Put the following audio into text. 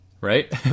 right